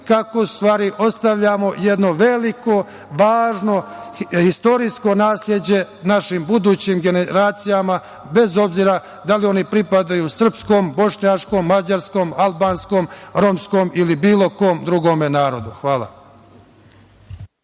kako stvari ostavljamo, jedno veliko, važno, istorijsko nasleđe našim budućim generacijama, bez obzira da li oni pripadaju srpskom, bošnjačkom, mađarskom, albanskom, romskom ili bilo kome drugome narodu. Hvala.